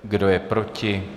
Kdo je proti?